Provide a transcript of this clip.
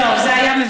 לא, לא, זה היה מביך.